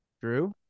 Drew